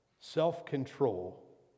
self-control